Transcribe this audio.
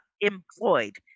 employed